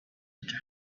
driver